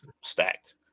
stacked